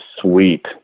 sweet